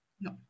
No